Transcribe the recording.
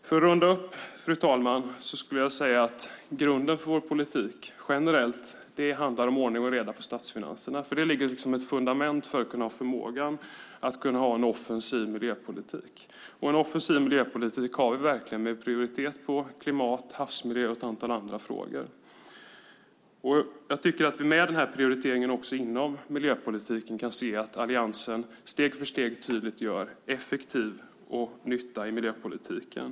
För att avrunda, fru talman, skulle jag vilja säga att grunden för vår politik generellt handlar om ordning och reda i statsfinanserna. Det ligger som ett fundament för förmågan att ha en offensiv miljöpolitik, och en offensiv miljöpolitik har vi verkligen med prioritet på klimat, havsmiljö och ett antal andra frågor. Med den här prioriteringen kan vi se att Alliansen steg för steg tydligt gör effektiv nytta i miljöpolitiken.